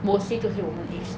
mostly 就是我们 age